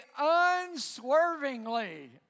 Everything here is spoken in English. unswervingly